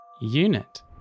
Unit